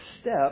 step